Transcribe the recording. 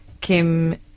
Kim